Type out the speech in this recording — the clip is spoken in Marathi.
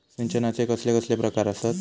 सिंचनाचे कसले कसले प्रकार आसत?